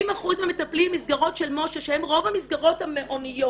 70% מהמטפלים במסגרות של מש"ה שהן רוב המסגרות המעוניות